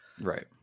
right